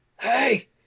Hey